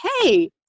hey